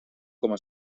coma